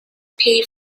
pay